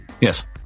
Yes